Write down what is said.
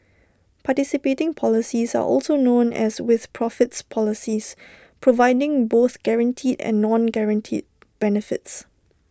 participating policies are also known as 'with profits' policies providing both guaranteed and non guaranteed benefits